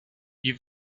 ils